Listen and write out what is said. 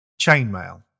Chainmail